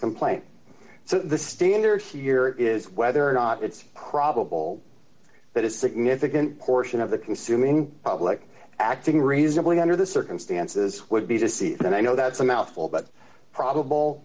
complaint so the standard here is whether or not it's probable that a significant portion of the consuming public acting reasonably under the circumstances would be to see then i know that's a mouthful but probable